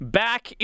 back